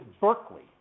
Berkeley